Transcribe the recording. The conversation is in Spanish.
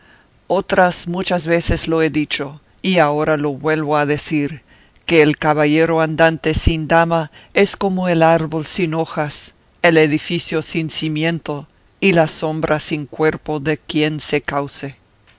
otras muchas veces lo he dicho y ahora lo vuelvo a decir que el caballero andante sin dama es como el árbol sin hojas el edificio sin cimiento y la sombra sin cuerpo de quien se cause